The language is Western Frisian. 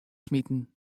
smiten